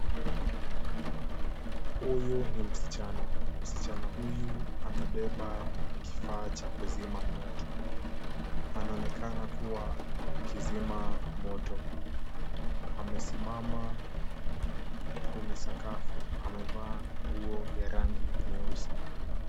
Huyu ni msichana. Msichana huyu amebeba kifaa cha kuzima moto. Anaonekana kuwa akizima moto. Amesimama kwenye sakafu. Amevaa nguo ya rangi nyeusi.